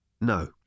No